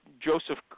Joseph